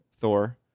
thor